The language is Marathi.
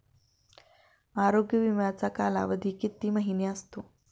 आरोग्य विमाचा कालावधी किती महिने असतो?